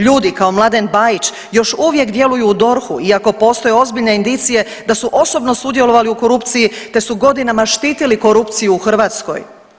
Ljudi kao Mladen Bajić još uvijek djeluju u DORH-u iako postoje ozbiljne indicije da su osobno sudjelovali u korupciji te su godinama štitili korupciju u Hrvatskoj.